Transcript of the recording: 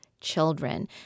children